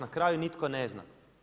Na kraju nitko ne zna.